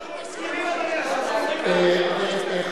אנחנו מסכימים, אדוני היושב-ראש.